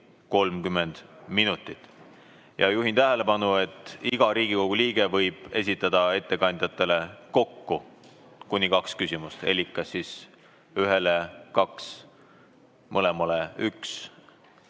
30 minutit. Juhin tähelepanu, et iga Riigikogu liige võib esitada ettekandjatele kokku kuni kaks küsimust elik ühele kaks või mõlemale üks,